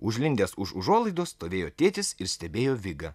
užlindęs už užuolaidos stovėjo tėtis ir stebėjo vigą